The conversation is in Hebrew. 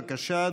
בבקשה,